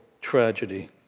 tragedy